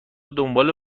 دنباله